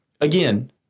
again